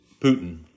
Putin